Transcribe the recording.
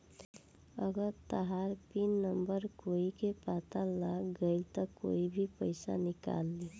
अगर तहार pin number कोई के पता लाग गइल त कोई भी पइसा निकाल ली